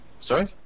Sorry